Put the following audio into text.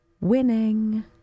winning